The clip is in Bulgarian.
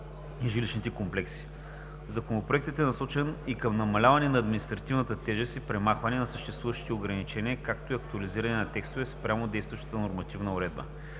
и жилищни комплекси. Законопроектът е насочен и към намаляване на административната тежест и премахване на съществуващи ограничения, както и актуализиране на текстове спрямо действащата нормативна уредба.